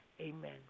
amen